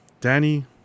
Danny